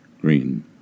Green